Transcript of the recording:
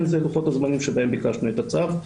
זה לוחות הזמנים שבהם ביקשנו את הצו.